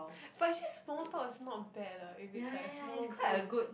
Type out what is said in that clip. but actually small talk is not bad lah if it's like a small group